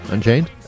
Unchained